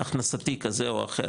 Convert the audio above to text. הכנסתי כזה וכזה,